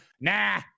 nah